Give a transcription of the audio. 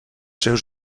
seus